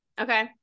Okay